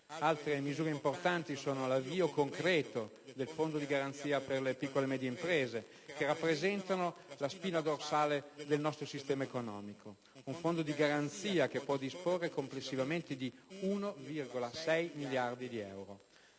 Un'altra misura importante è l'avvio concreto del Fondo di garanzia per le piccole medie imprese, che rappresentano la spina dorsale del nostro sistema economico; un Fondo di garanzia che può disporre complessivamente di 1,6 miliardi di euro.